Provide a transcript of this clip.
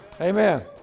Amen